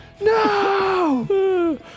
no